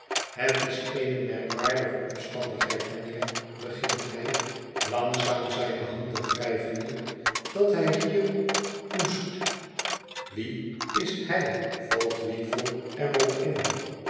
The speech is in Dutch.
het is eene merkwaardige omstandigheid mijnheer begint hijo langzaam zijne handen wrijvende dat hij hier moest wie is hij valt weevle er op in